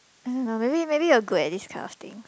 I don't know maybe maybe you are good at this kind of things